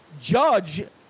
judge